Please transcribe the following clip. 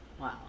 Wow